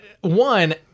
one